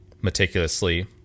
meticulously